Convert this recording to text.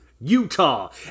Utah